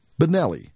Benelli